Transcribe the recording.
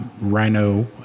Rhino